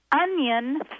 onion